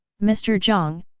mr. jiang,